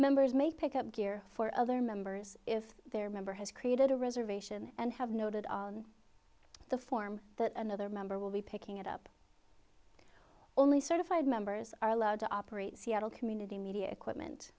members may pick up gear for other members if their member has created a reservation and have noted on the form that another member will be picking it up only certified members are allowed to operate seattle community media equi